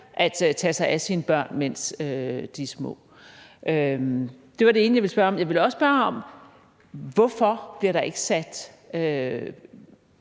at tage sig af sine børn, mens de er små. Det var det ene, jeg ville spørge om. Jeg vil også spørge om, hvorfor der ikke er